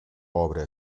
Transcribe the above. obra